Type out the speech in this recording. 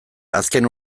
azken